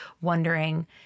wondering